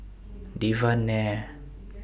Devan Nair